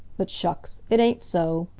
but shucks! it ain't so.